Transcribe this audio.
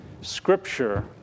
Scripture